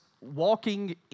walking